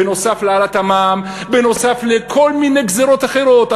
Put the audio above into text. בנוסף להעלאת המע"מ, בנוסף לכל מיני גזירות אחרות.